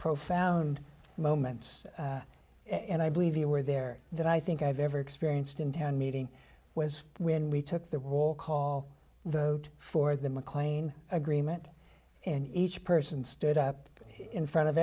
profound moments and i believe you were there that i think i've ever experienced in town meeting was when we took the wall call for the mclean agreement and each person stood up in front of